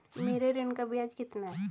मेरे ऋण का ब्याज कितना है?